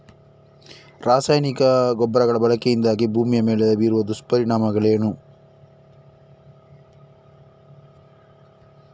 ರಾಸಾಯನಿಕ ಗೊಬ್ಬರಗಳ ಬಳಕೆಯಿಂದಾಗಿ ಭೂಮಿಯ ಮೇಲೆ ಬೀರುವ ದುಷ್ಪರಿಣಾಮಗಳೇನು?